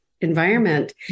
environment